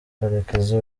karekezi